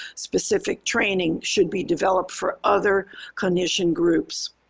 specific training should be developed for other clinician groups.